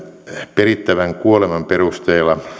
perittävän kuoleman perusteella